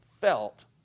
felt